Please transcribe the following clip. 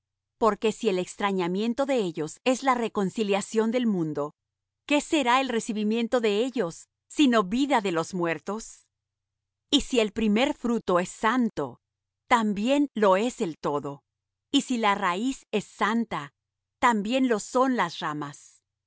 porque si el extrañamiento de ellos es la reconciliación del mundo qué será el recibimiento de ellos sino vida de los muertos y si el primer fruto es santo también lo es el todo y si la raíz es santa también lo son las ramas